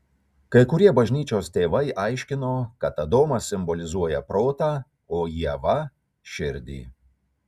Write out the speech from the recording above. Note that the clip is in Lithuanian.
kai kurie bažnyčios tėvai aiškino kad adomas simbolizuoja protą o ieva širdį